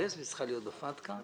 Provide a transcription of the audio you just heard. ב-CRS וצריכה להיות ב-FATKA.